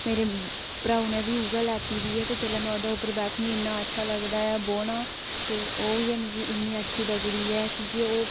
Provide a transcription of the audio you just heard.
ते मेरे भ्राऊ नै बी इ'यै लैती दी ऐ ते जेल्लै में ओह्दे पर बैठनी मिगी इ'न्ना अच्छा लगदा ऐ बौह्ना आं ते ओह् गै मिगी इ'न्नी अच्छी लगदी ऐ की ओह्